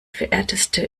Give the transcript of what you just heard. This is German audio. verehrteste